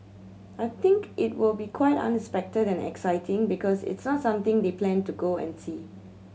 I think it will be quite unexpected and exciting because it's not something they plan to go and see